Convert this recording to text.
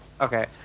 Okay